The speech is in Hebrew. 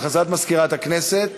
הודעה למזכירת הכנסת.